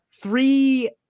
three